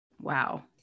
Wow